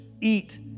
Eat